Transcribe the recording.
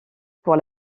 pour